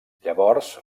llavors